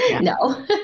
no